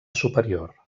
superior